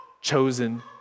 chosen